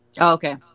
Okay